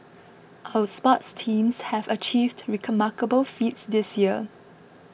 our sports teams have achieved remarkable feats this year